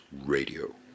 Radio